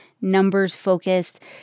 numbers-focused